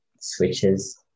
switches